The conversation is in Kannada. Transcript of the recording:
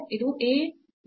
ಇದು a sin 2 u ಆಗಿದೆ